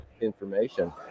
information